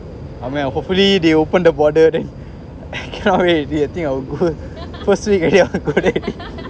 I mean hopefully they open the border there I cannot already I think I will go first week already I will go there already